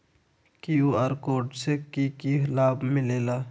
QR code से कि कि लाव मिलेला?